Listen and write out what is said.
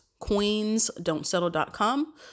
QueensDon'tSettle.com